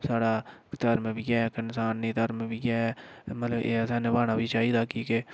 साढ़ा धर्म बी ऐ इंसानी धर्म बी ऐ मतलब एह् असें नभाना बी चाहि्दा कि के